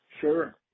Sure